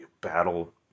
battle